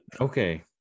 Okay